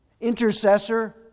intercessor